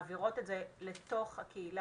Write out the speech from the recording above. מעבירות את זה לתוך המחלקות,